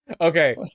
Okay